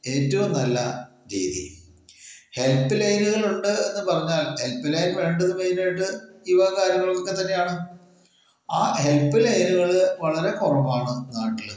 ഏറ്റവും നല്ല രീതി ഹെൽപ് ലൈനുകൾ ഉണ്ട് എന്ന് പറഞ്ഞാൽ ഹെല്പ് ലൈൻ വേണ്ടത് മെയിനായിട്ട് ഈ വക കാര്യങ്ങൾക്കൊക്കെ തന്നെയാണ് ആ ഹെല്പ് ലൈനുകള് വളരെ കുറവാണ് നാട്ടില്